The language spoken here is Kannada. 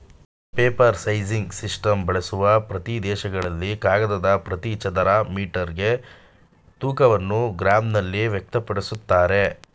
ಪೇಪರ್ ಸೈಸಿಂಗ್ ಸಿಸ್ಟಮ್ ಬಳಸುವ ಪ್ರದೇಶಗಳಲ್ಲಿ ಕಾಗದದ ಪ್ರತಿ ಚದರ ಮೀಟರ್ಗೆ ತೂಕವನ್ನು ಗ್ರಾಂನಲ್ಲಿ ವ್ಯಕ್ತಪಡಿಸ್ತಾರೆ